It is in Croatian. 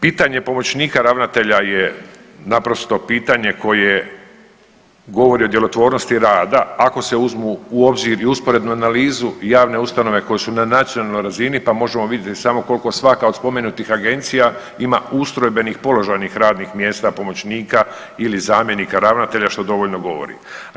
Pitanje pomoćnika ravnatelja je naprosto pitanje koje govori o djelotvornosti rada ako se uzmu u obzir i usporedno analizu javne ustanove koje su na nacionalnoj razini, pa možemo vidjeti samo koliko svaka od spomenutih agencija ima ustrojbenih položajnih radnih mjesta pomoćnika ili zamjenika ravnatelja što dovoljno govori.